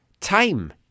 Time